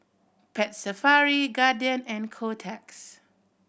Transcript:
Pet Safari Guardian and Kotex